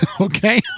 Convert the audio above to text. okay